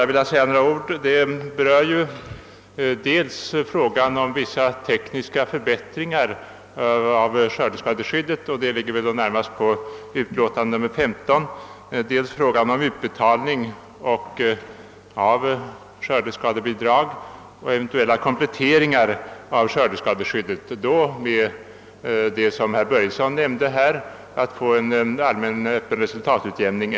I motionerna har vi tagit upp dels frågan om vissa tekniska förbättringar av skördeskadeskyddet, dels frågan om utbetalning av skördeskadebidrag och kompletteringar av skördeskadeskyddet — eventuellt, som herr Börjesson i Falköping nämnde, genom en allmän resultatutjämning.